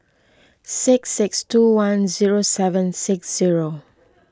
six six two one zero seven six zero